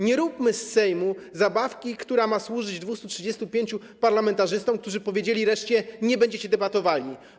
Nie róbmy z Sejmu zabawki, która ma służyć 235 parlamentarzystom, którzy powiedzieli reszcie: Nie będziecie debatowali.